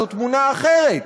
זו תמונה אחרת,